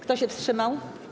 Kto się wstrzymał?